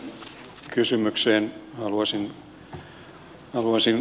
kahteen kysymykseen haluaisin reagoida